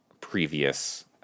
previous